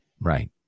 Right